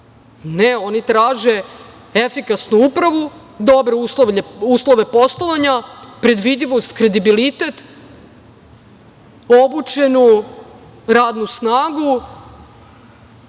Ne, oni traže efikasnu upravu, dobre uslove poslovanja, predvidivost, kredibilitet, obučenu radnu snagu,